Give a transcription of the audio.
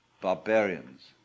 barbarians